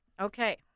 Okay